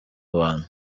bantu